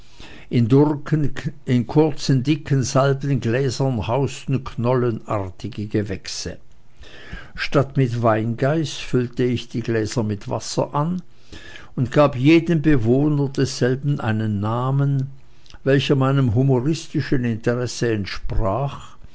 in kurzen dicken salbengläsern hausten knollenartige gewächse statt mit weingeist füllte ich die gläser mit wasser an und gab jedem bewohner derselben einen namen welcher meinem humoristischen interesse entsprach